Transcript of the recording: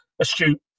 astute